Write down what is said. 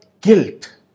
guilt